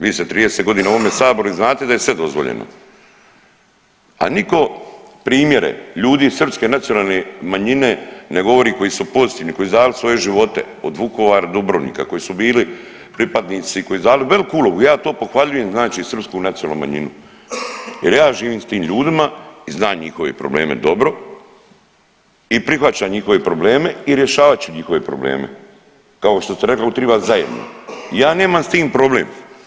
Vi ste 30.g. u ovome saboru i znate da je sve dozvoljeno, a niko primjere ljudi Srpske nacionalne manjine ne govore koji su pozitivni, koji su dali svoji živote od Vukovara do Dubrovnika, koji su bili pripadnici, koji su dali veliku ulogu, ja to pohvaljujem znači Srpsku nacionalnu manjinu jer ja živim s tim ljudima i znam njihove probleme dobro i prihvaćam njihove probleme i rješavat ću njihove probleme, kao što ste rekli ovo triba zajedno i ja nemam s tim problem.